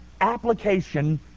application